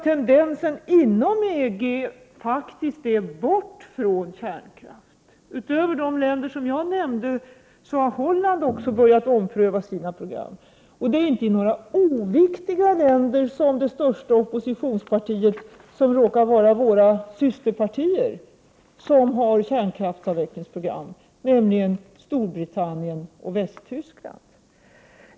Tendensen inom EG är faktiskt den att 75 kärnkraften skall bort. Utöver de länder som jag tidigare nämnde har också Holland börjat att ompröva sina program. Det är inte i några oviktiga länder som det största oppositionspartiet — som råkar vara våra systerpartier — har kärnkraftsavvecklingsprogram. Som exempel kan nämnas Storbritannien och Västtyskland.